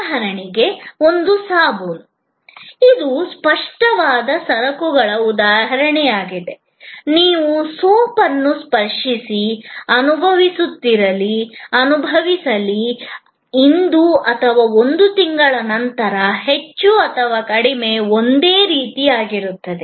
ಉದಾಹರಣೆಗೆ ಒಂದು ಸಾಬೂನು ಇದು ಸ್ಪಷ್ಟವಾದ ಸರಕುಗಳ ಉದಾಹರಣೆಯಾಗಿದೆ ನೀವು ಸೋಪ್ ಅನ್ನು ಸ್ಪರ್ಶಿಸಿ ಅನುಭವಿಸುತ್ತಿರಲಿ ಅನುಭವಿಸಲಿ ಇಂದು ಅಥವಾ ಒಂದು ತಿಂಗಳ ನಂತರ ಹೆಚ್ಚು ಅಥವಾ ಕಡಿಮೆ ಅದು ಒಂದೇ ಆಗಿರುತ್ತದೆ